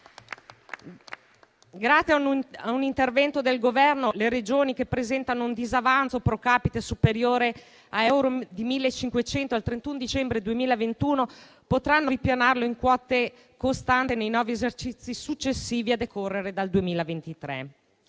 Grazie a un intervento del Governo, le Regioni che presentano un disavanzo *pro capite* superiore a 1.500 euro al 31 dicembre 2021 potranno ripianarlo in quote costanti nei nove esercizi successivi a decorrere dal 2023.